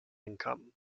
income